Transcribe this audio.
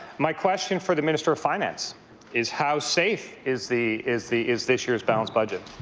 my question for the minister of finance is how safe is the is the is this year's balanced budget?